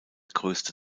größte